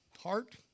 heart